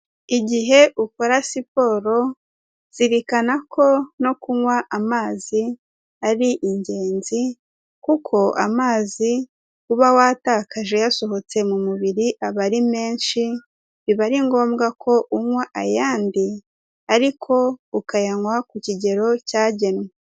Igihe ukora siporo zirikana ko no kunywa amazi ari ingenzi kuko amazi uba watakaje yasohotse mu mubiri aba ari menshi, biba ari ngombwa ko unywa ayandi ariko ukayanywa ku kigero cyagenwe.